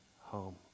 home